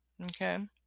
okay